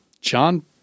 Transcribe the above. John